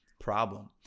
problem